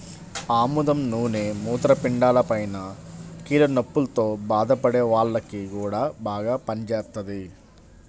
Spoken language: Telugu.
ఆముదం నూనె మూత్రపిండాలపైన, కీళ్ల నొప్పుల్తో బాధపడే వాల్లకి గూడా బాగా పనిజేత్తది